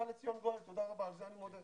ובא לציון גואל, תודה רבה, על זה אני מודה.